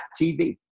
TV